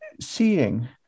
seeing